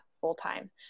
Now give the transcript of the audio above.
full-time